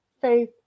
faith